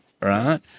Right